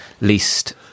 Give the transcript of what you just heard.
least